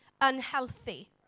unhealthy